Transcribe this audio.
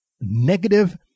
negative